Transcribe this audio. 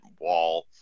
wall